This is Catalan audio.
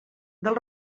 del